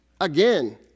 again